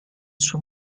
suo